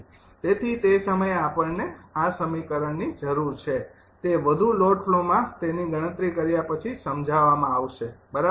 તેથી તે સમયે આપણને આ સમીકરણની જરૂર છે તે વધુ લોડ ફ્લોમાં તેની ગણતરી કર્યા પછી સમજાવવામાં આવશે બરાબર